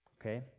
Okay